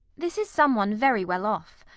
this is someone very well off.